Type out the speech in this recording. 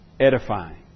Edifying